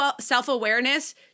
self-awareness